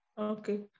Okay